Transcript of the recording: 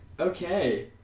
Okay